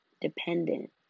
dependent